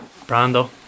Brando